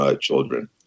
children